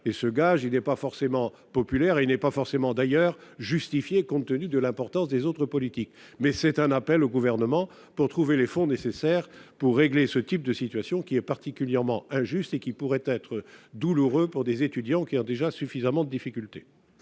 et ce gage, il n'est pas forcément populaire et il n'est pas forcément d'ailleurs justifié compte tenu de l'importance des autres politiques mais c'est un appel au gouvernement pour trouver les fonds nécessaires pour régler ce type de situation qui est particulièrement injuste et qui pourrait être douloureux pour des étudiants qui ont déjà suffisamment de difficultés.